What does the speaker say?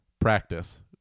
Practice